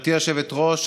גברתי היושבת-ראש,